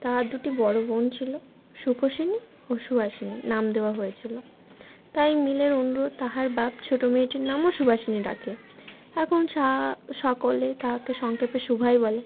তাহার দুটি বড়ো বোন ছিলো সুখষিণী ও সুহাষিণী নাম দেওয়া হয়েছিলো তাই মিলের অনুরোধ তাহার বাপ ছোটো মেয়েটির নামও সুভাষিণী রাকে এখন সা সকলে তাহাকে সংক্ষেপে সুভাই বলে